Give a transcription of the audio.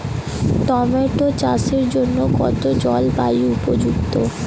Tomato চাষের জন্য কোন জলবায়ু উপযুক্ত?